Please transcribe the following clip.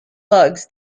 bugs